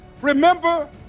remember